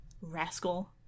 Rascal